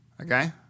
Okay